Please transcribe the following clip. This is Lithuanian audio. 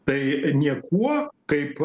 tai niekuo kaip